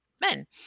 men